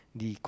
di